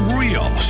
real